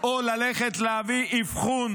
או ללכת להביא אבחון